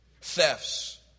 thefts